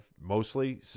mostly